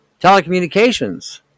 telecommunications